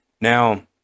Now